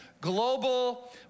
global